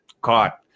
caught